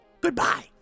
Goodbye